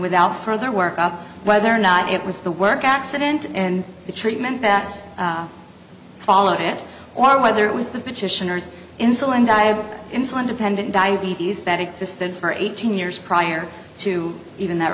without further work up whether or not it was the work accident and the treatment that followed it or whether it was the petitioners insulin diet insulin dependent diabetes that existed for eighteen years prior to even that